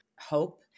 hope